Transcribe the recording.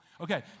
Okay